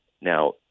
Now